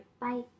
Bye